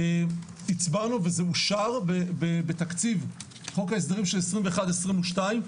הצבענו וזה אושר בתקציב חוק ההסדרים של 2021-2022,